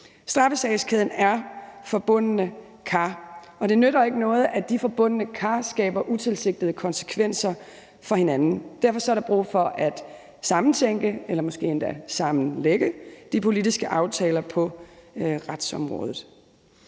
Straffesagskæden er forbundne kar, og det nytter ikke noget, at de forbundne kar skaber utilsigtede konsekvenser for hinanden. Derfor er der brug for at sammentænke eller måske endda sammenlægge de politiske aftaler på retsområdet.